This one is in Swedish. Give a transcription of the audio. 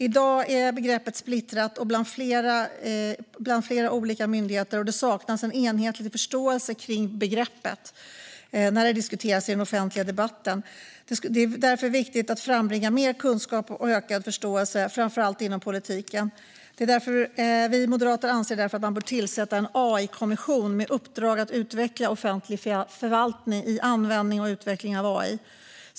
I dag är begreppet splittrat mellan flera olika myndigheter, och det saknas en enhetlig förståelse för begreppet när det diskuteras i den offentliga debatten. Det är därför viktigt att frambringa mer kunskap och en ökad förståelse, framför allt inom politiken. Vi moderater anser därför att man bör tillsätta en AI-kommission med uppdrag att utveckla offentlig förvaltning i användning och utveckling av AI.